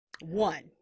One